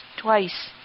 twice